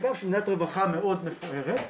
אגב שהיא מדינת רווחה מאוד מפוארת,